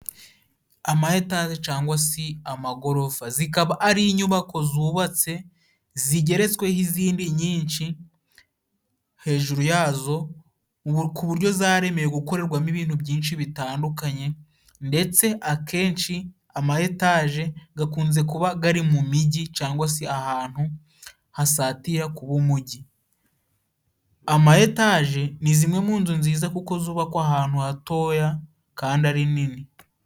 Amayetaji cangwa se amagorofa. Zikaba ari inyubako zubatse zigeretsweho izindi nyinshi hejuru yazo, ku buryo zaremewe gukorerwamo ibintu byinshi bitandukanye, ndetse akenshi amayetaje gakunze kuba gari mu migi cyangwa se ahantu hasatira kuba umugi. Amayetaje ni zimwe mu nzu nziza kuko zubakwa ahantu hatoya kandi ari nini.